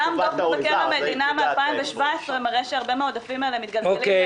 גם דוח מבקר המדינה מ-2017 מראה שהרבה מן העודפים האלה מתגלגלים.